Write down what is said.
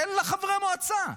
תן לחברי המועצה.